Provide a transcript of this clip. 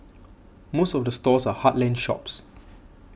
most of the stores are heartland shops